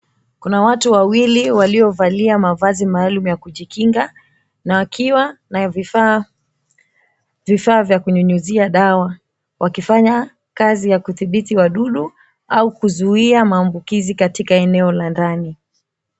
Kuna watu wawili waliovalia mavazi maalum ya kujikinga na wakiwa na vifaa vya kunyunyizia dawa, wakifanya kazi ya kudhibiti wadudu au kuzuia maambukizi katika eneo la ndani.